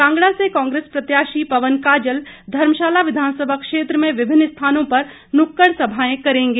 कांगड़ा से कांग्रेस प्रत्याशी पवन काजल धर्मशाला विधानसभा क्षेत्र में विभिन्न स्थानों पर नुक्कड़ सभाओं को संबोधित करेंगे